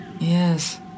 Yes